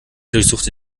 durchsuchte